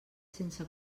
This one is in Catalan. sense